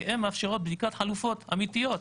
כי הן מאפשרות בדיקת חלופות אמיתיות.